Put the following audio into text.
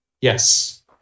yes